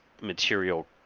material